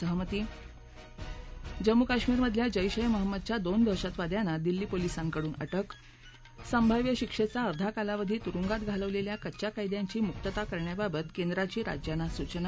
सहमती जम्मू कश्मीरमधल्या जैश ए मंहमदच्या दोन दहशतवाद्यांना दिल्ली पोलीसांकडून अटक संभाव्य शिक्षेचा अर्धा कालावधी तुरुगांत घालवलेल्या कच्च्या कैदयांची मुकत्ता करण्याबाबत केंद्राची राज्यांना सूचना